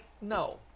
no